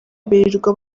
birirwa